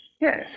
Yes